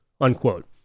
Unquote